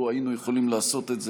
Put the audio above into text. לו היינו יכולים לעשות את זה,